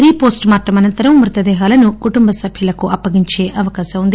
రీ post mortem అనంతరం మృతదేహాలను కుటుంబ సభ్యులకు అప్పగించే అవకాశం ఉంది